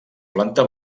planta